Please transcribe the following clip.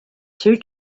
two